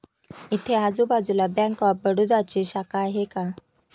इथे आजूबाजूला bank of बडोदाची शाखा आहे का?